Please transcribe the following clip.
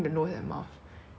that's quite rude